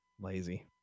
Lazy